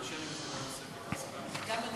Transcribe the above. חבר הכנסת בצלאל סמוטריץ, רשות הדיבור